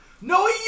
No